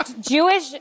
Jewish